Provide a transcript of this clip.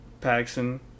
Paxson